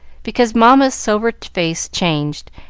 because mamma's sober face changed,